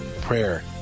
Prayer